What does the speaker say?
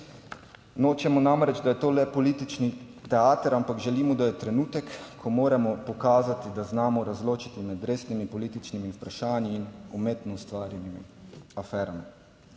Nočemo namreč, da je to le politični teater, ampak želimo, da je trenutek, ko moramo pokazati, da znamo razločiti med resnimi političnimi vprašanji in umetno ustvarjeni aferami.